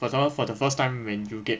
for example for the first time when you get